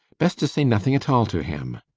best to say nothing at all to him!